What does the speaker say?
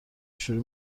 شروع